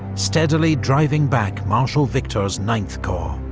steadily driving back marshal victor's ninth corps.